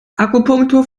akupunktur